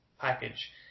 Package